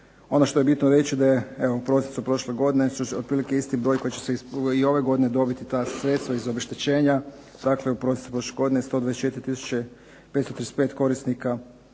Ono što je bitno reći da je evo u prosincu prošle godine otprilike isti broj koji će se i ove godine dobiti ta sredstva iz obeštećenja, dakle u prosincu prošle godine 124 tisuće 535 korisnika